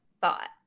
thought